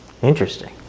interesting